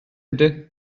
ydy